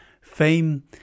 Fame